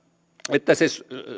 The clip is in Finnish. että se